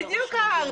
שם?